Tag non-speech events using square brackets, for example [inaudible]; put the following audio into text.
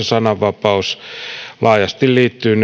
[unintelligible] sananvapaus laajasti liittyvät [unintelligible]